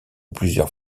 plusieurs